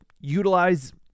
utilize